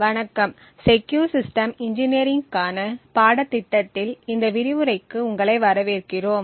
வணக்கம் secure system இன்ஜினியரிங்க்கான பாடத்திட்டத்தில் இந்த விரிவுரைக்கு உங்களை வரவேற்கிறோம்